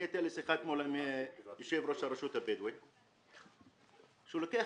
הייתה לי אתמול שיחה עם יושב ראש הרשות הבדואית שלוקח